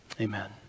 amen